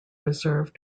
reserve